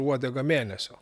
uodega mėnesio